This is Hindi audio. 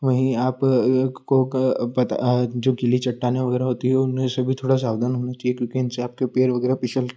वहीं आपको का जो गीली चट्टानें वगैरह होती है उन्हें से भी थोड़ा सावधान होना चाहिए क्योंकि इनसे आपके पैर वगैरह फिसल कर